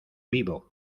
vivo